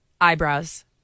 eyebrows